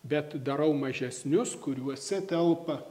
bet darau mažesnius kuriuose telpa